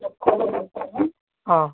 ಹಾಂ